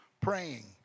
praying